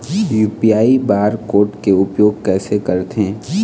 UPI bar code के उपयोग कैसे करथें?